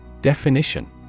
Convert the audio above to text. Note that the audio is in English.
DEFINITION